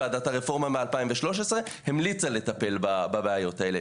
וועדת הרפורמה מ-2013 המליצה לטפל בבעיות האלה.